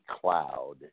cloud